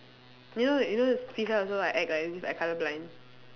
you know you know the also like act as if I colour blind